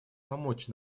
помочь